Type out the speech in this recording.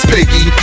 Piggy